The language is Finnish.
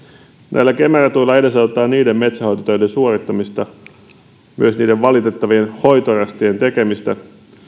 näillä kemera tuilla edesautetaan niiden metsänhoitotöiden suorittamista myös niiden valitettavien hoitorästien tekemistä